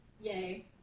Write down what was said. Yay